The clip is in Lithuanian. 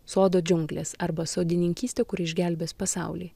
sodo džiunglės arba sodininkystė kuri išgelbės pasaulį